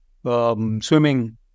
swimming